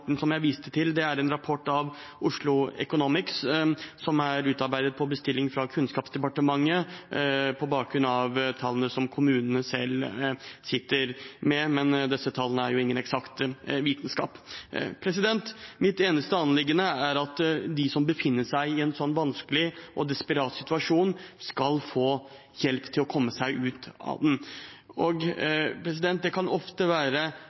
den rapporten jeg viste til, er en rapport fra Oslo Economics som er utarbeidet på bestilling fra Kunnskapsdepartementet, på bakgrunn av tallene som kommunene selv sitter med. Men disse tallene er jo ingen eksakt vitenskap. Mitt eneste anliggende er at de som befinner seg i en slik vanskelig og desperat situasjon, skal få hjelp til å komme seg ut av den. Det kan ofte være